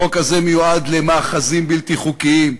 החוק הזה מיועד למאחזים בלתי חוקיים,